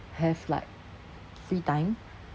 have like free time